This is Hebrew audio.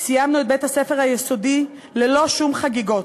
סיימנו את בית-הספר היסודי ללא שום חגיגות.